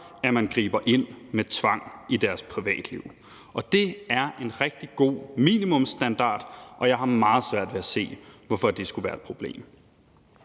før man griber ind med tvang i deres privatliv. Og det er en rigtig god minimumsstandard, og jeg har meget svært ved at se, hvorfor det skulle være et problem.